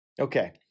Okay